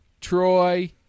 Troy